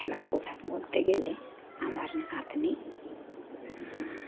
খেলার কথা বলতে গেলে আমার নাতনি